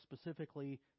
specifically